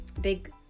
big